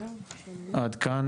עד כאן,